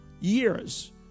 years